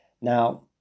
now